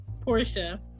Portia